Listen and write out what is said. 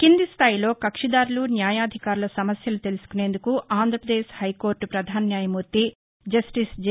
కిందిస్థాయిలో కక్షిదారులు న్యాయాధికారుల సమస్యలు తెలుసుకునేందుకు ఆంధ్రప్రదేశ్ హైకోర్టు ప్రధాన న్యాయమూర్తి జస్టిస్ జె